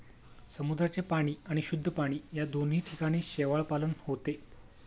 समुद्राचे पाणी आणि शुद्ध पाणी या दोन्ही ठिकाणी शेवाळपालन होते